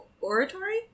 oratory